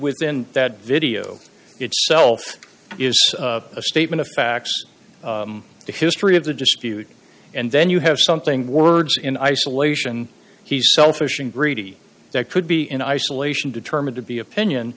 within that video itself is a statement of facts the history of the dispute and then you have something words in isolation he's selfish and greedy that could be in isolation determined to be opinion